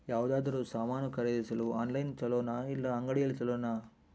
ಯಾವುದಾದರೂ ಸಾಮಾನು ಖರೇದಿಸಲು ಆನ್ಲೈನ್ ಛೊಲೊನಾ ಇಲ್ಲ ಅಂಗಡಿಯಲ್ಲಿ ಛೊಲೊನಾ?